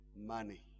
money